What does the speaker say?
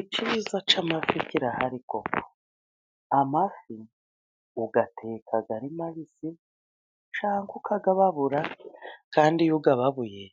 Icyiza cy'amafi kirahari Koko. Amafi uyateka ari mabisi cyangwa ukayababura, kandi iyo uyababuye